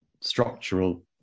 structural